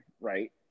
right